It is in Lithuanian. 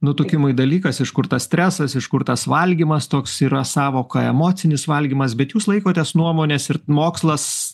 nutukimui dalykas iš kur tas stresas iš kur tas valgymas toks yra sąvoka emocinis valgymas bet jūs laikotės nuomonės ir mokslas